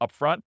upfront